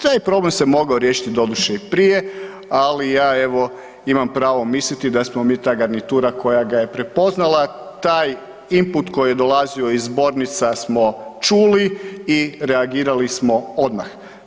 Taj problem se mogao riješiti, doduše i prije, ali ja evo, imam pravo misliti da smo mi ta garnitura koja ga je prepoznala, taj input koji je dolazio iz zbornica smo čuli i reagirali smo odmah.